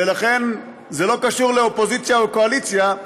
ולכן הוא לא קשור לאופוזיציה או לקואליציה,